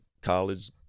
college